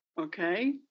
Okay